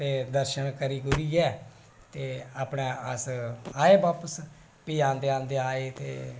दर्शन करियै ते अपने आए बापस फ्ही आंदे आंदे अस ते